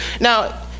now